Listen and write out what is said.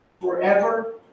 forever